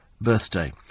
Birthday